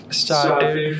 started